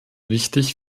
wichtig